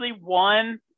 one